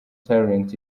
talent